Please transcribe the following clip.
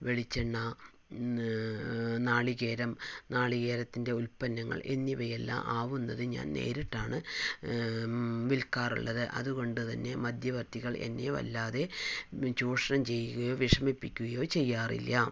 വെളിച്ചെണ്ണ നാളികേരം നാളികേരളത്തിൻ്റെ ഉൽപ്പന്നങ്ങൾ എന്നിവയെല്ലാം ആവുന്നത് ഞാൻ നേരിട്ടാണ് വിൽക്കാറുള്ളത് അതുകൊണ്ട് തന്നെ മധ്യവർത്തികൾ എന്നെ വല്ലാതെ ചൂഷണം ചെയ്യുകയോ വിഷമിപ്പിക്കുകയോ ചെയ്യാറില്ല